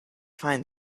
find